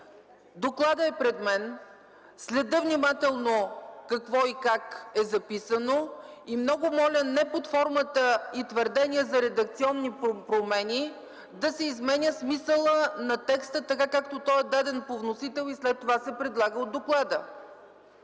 Докладът е пред мен, следя внимателно какво и как е записано. Много моля не под формата и твърдения за редакционни промени да се изменя смисълът на текста, както той е даден по вносител, и след това се предлага от доклада.